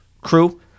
crew